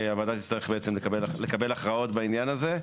הוועדה תצטרך לקבל הכרעות בעניין הזה.